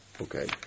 okay